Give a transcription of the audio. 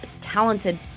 talented